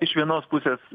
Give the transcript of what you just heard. iš vienos pusės